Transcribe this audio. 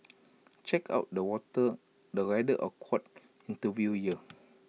check out the water the rather awkward interview here